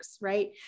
Right